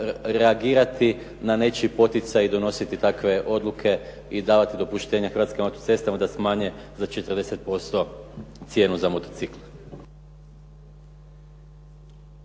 reagirati na nečiji poticaj i donositi takve odluke i davati dopuštenje Hrvatskim autocestama da smanje za 40% cijenu za motocikle.